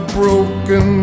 broken